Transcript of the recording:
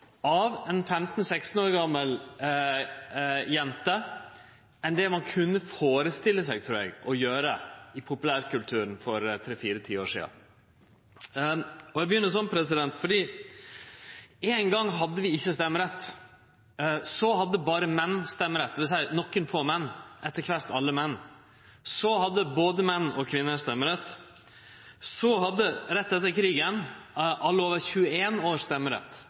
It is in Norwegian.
kunne førestilt seg å gjere, trur eg, innanfor populærkulturen for tre–fire tiår sidan. Eg begynner slik, fordi ein gong hadde vi ikkje stemmerett. Så hadde berre menn stemmerett, dvs. nokre få menn, etter kvart alle menn. Så hadde både menn og kvinner stemmerett. Rett etter krigen hadde alle over 21 år stemmerett. I 1967 fekk alle over 20 år stemmerett,